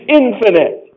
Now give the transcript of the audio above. infinite